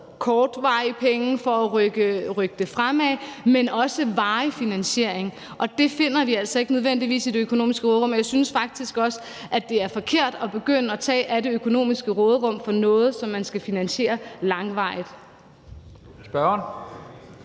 kortvarig finansiering for at rykke det fremad, men også varig finansiering, og det finder vi altså ikke nødvendigvis i det økonomiske råderum, og jeg synes faktisk også, at det er forkert at begynde at tage af det økonomiske råderum for noget, som man skal finansiere langvarigt.